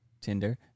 Tinder